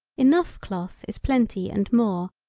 enough cloth is plenty and more,